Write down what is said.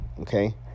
okay